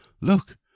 Look